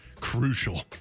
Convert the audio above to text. Crucial